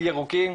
בלהיות ירוקים,